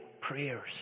prayers